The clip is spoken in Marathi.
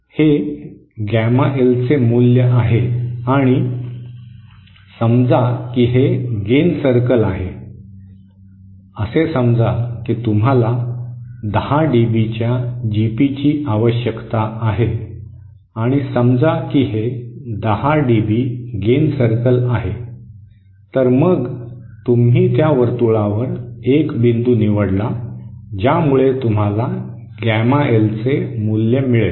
हे गामा एल चे मूल्य आहे आणि समजा की हे गेन सर्कल आहे असे समजा की तुम्हाला 10 डीबीच्या जीपीची आवश्यकता आहे आणि समजा की हे 10 डीबी गेन सर्कल आहे तर मग तुम्ही त्या वर्तुळावर एक बिंदू निवडला ज्यामुळे तुम्हाला गॅमा एलचे मूल्य मिळेल